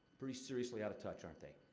pretty seriously out of touch, aren't they?